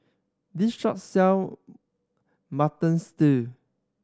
this shop sell Mutton Stew